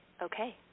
Okay